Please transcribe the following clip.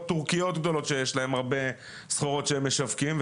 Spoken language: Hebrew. טורקיות גדולות שיש להם הרבה סחורות שהם משווקים,